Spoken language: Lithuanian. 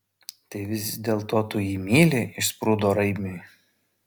tai vis dėlto tu jį myli išsprūdo raimiui